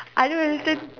I don't understand